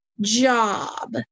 job